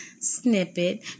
Snippet